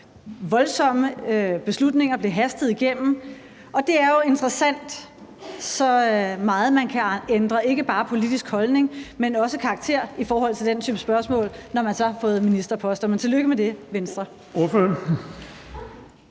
voldsomme beslutninger blev hastet igennem. Det er jo interessant, så meget man kan ændre ikke bare politisk holdning, men også karakter i forhold til den type spørgsmål, når man så har fået ministerposter. Men tillykke med det, Venstre. Kl.